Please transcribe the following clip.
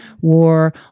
war